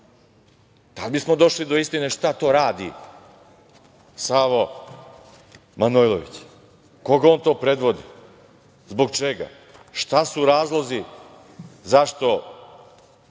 li bismo došli do istine šta to radi Savo Manojlović, koga on to predvodi, zbog čega, šta su razlozi zašto